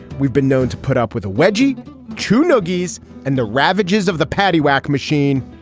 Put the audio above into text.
we've been known to put up with a wedgie to noogies and the ravages of the patty wacc machine.